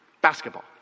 basketball